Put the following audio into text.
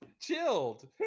Chilled